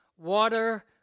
water